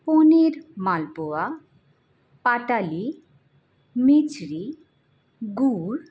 পনির মালপোয়া পাটালি মিচড়ি গুড়